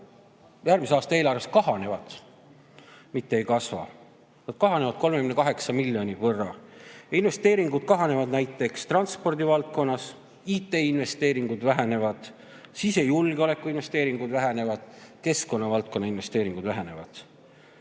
järgmise aasta eelarves kahanevad, mitte ei kasva. Need kahanevad 38 miljoni võrra. Investeeringud kahanevad näiteks transpordivaldkonnas, IT-investeeringud vähenevad, sisejulgeoleku investeeringud vähenevad, keskkonna valdkonna investeeringud vähenevad.